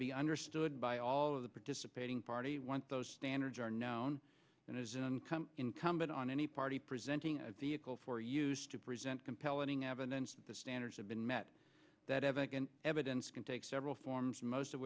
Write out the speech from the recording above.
be understood by all of the participating party once those standards are known and it is incumbent on any party presenting a vehicle for use to present compelling evidence that the standards have been met that evidence can take several forms most of